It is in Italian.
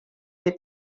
dei